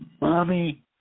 Mommy